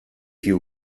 più